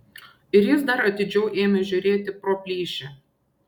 ir jis dar atidžiau ėmė žiūrėti pro plyšį